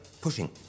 pushing